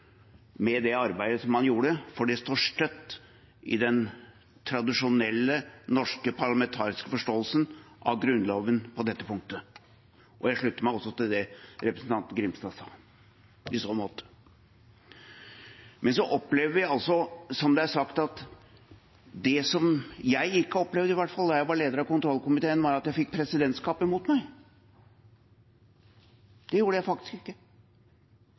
med det arbeidet han gjorde, for det står støtt i den tradisjonelle, norske parlamentariske forståelsen av Grunnloven på dette punktet. Jeg slutter meg også til det representanten Grimstad sa i så måte. Så opplever vi altså dette, som det er sagt – som jeg i hvert fall ikke opplevde da jeg var leder av kontrollkomiteen, at jeg fikk presidentskapet mot meg. Det gjorde jeg faktisk ikke.